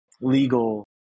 legal